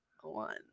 one